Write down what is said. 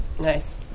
Nice